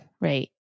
right